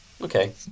Okay